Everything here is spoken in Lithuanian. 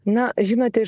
na žinote